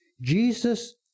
Jesus